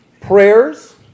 prayers